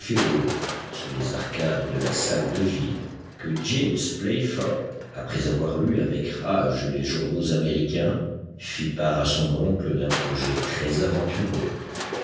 sous les arcades de la salle de ville que james playfair après avoir lu avec rage les journaux américains fit part à son oncle d'un projet très aventureux